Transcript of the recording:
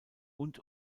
und